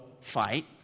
fight